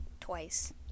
twice